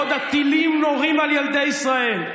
בעוד הטילים נורים על ילדי ישראל?